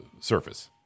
surface